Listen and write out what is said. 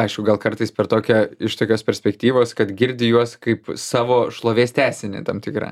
aišku gal kartais per tokią iš tokios perspektyvos kad girdi juos kaip savo šlovės tęsinį tam tikrą